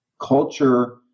culture